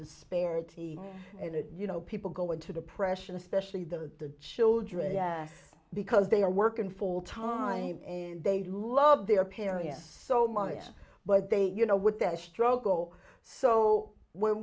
disparity and you know people go into depression especially the children yes because they are working full time and they love their parents so much but they you know with their struggle so when